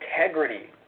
integrity